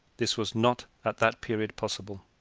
this was not at that period possible.